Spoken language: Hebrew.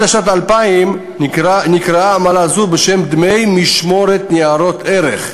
עד שנת 2000 נקראה עמלה זו בשם "דמי משמורת ניירות ערך",